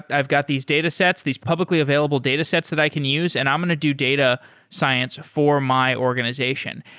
i've got these datasets, these publicly available datasets that i can use and i'm going to do data science for my organization.